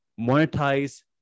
monetize